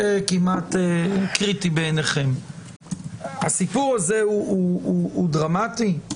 זה כמעט קריטי בעיניכם, האם הסיפור הזה הוא דרמטי?